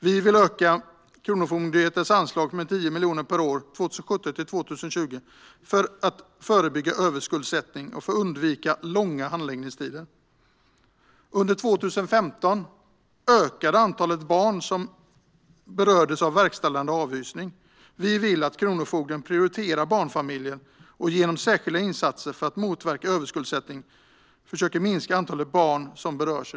Vi vill öka Kronofogdemyndighetens anslag med 10 miljoner per år 2017-2020 för att förebygga överskuldsättning och för att undvika långa handläggningstider. Under 2015 ökade antalet barn som berördes av verkställda avhysningar. Vi vill att kronofogden prioriterar barnfamiljer och genom särskilda insatser för att motverka överskuldsättning försöker minska antalet barn som berörs.